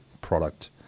product